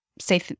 say